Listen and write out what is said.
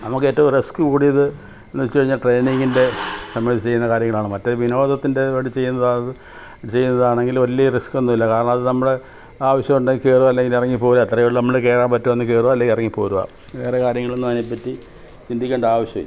നമുക്ക് ഏറ്റവും റിസ്ക് കൂടിയത് എന്ന് വച്ചു കഴിഞ്ഞാൽ ട്രെയിനിംഗിൻ്റെ സമയത്ത് ചെയ്യുന്ന കാര്യങ്ങളാണ് മറ്റേ വിനോദത്തിൻ്റെ വേണ്ടി ചെയ്യുന്നത് അത് ചെയ്യുന്നതാണെങ്കിൽ വലിയ റിസ്ക്കൊന്നും ഇല്ല കാരണം അത് നമ്മുടെ ആവശ്യം ഉണ്ടേ ചെയ്തോ അല്ലെങ്കിൽ ഇറങ്ങി പോരുക അത്രയേ ഉള്ളൂ നമ്മൾ കയറുക പറ്റുവാണേ കയറുക അല്ലേ ഇറങ്ങി പോരുക വേറെ കാര്യങ്ങളൊന്നും അതിനെ പറ്റി ചിന്തിക്കേണ്ട ആവശ്യം ഇല്ല